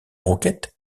rouquette